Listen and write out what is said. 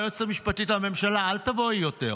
ליועצת המשפטית לממשלה: אל תבואי יותר.